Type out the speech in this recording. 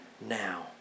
now